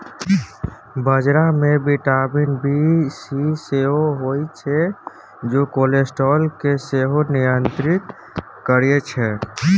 बजरा मे vitamin B three सेहो होइ छै जे कोलेस्ट्रॉल केँ सेहो नियंत्रित करय छै